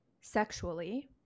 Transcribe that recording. sexually